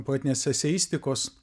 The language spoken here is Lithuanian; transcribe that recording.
poetinės eseistikos